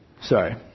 Sorry